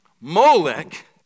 Molech